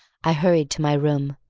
i hurried to my room,